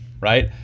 right